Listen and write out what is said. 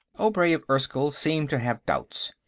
obray of erskyll seemed to have doubts,